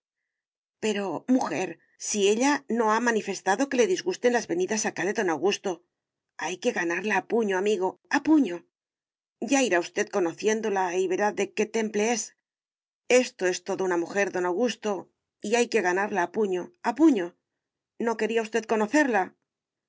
pero mujer si ella no ha manifestado que le disgusten las venidas acá de don augusto hay que ganarla a puño amigo a puño ya irá usted conociéndola y verá de qué temple es esto es todo una mujer don augusto y hay que ganarla a puño a puño no quería usted conocerla